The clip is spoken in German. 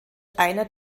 einer